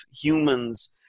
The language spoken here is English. humans